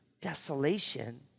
desolation